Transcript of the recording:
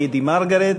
ליידי מרגרט,